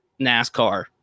NASCAR